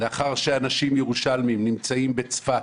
לאחר שאנשים ירושלמיים נמצאים בצפת,